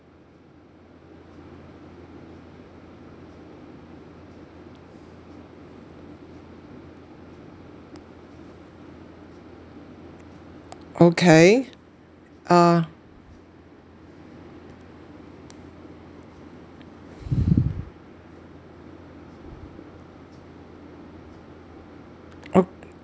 okay uh okay